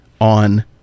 on